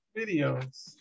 videos